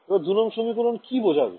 এবার ২ নং সমীকরণ কি বোঝাবে